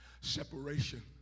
Separation